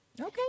Okay